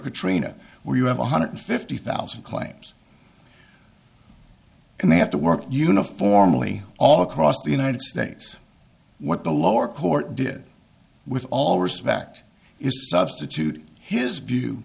katrina where you have one hundred fifty thousand claims and they have to work uniformly all across the united states what the lower court did with all respect is